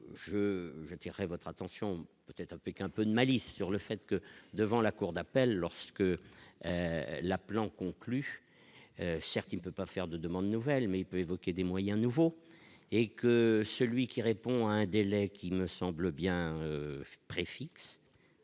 attiré votre attention peut-être à Pékin, peu de malice sur le fait que, devant la cour d'appel lorsque la plante conclu : certes, il peut pas faire de demande nouvelles mais il peut évoquer des moyens nouveaux et que celui qui répond à un délai qui me semble bien. Préfixe